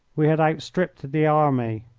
we had outstripped the army.